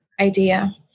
idea